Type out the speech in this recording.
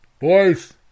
Boys